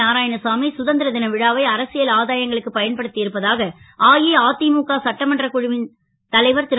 நாராயணசாமி சுதந் ர ன விழாவை அரசியல் ஆதாயங்களுக்கு பயன்படுத் இருப்பதாக அஇஅ முக சட்டமன்றக் குழுவின் தலைவர் ரு